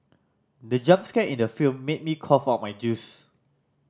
the jump scare in the film made me cough out my juice